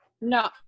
No